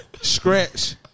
Scratch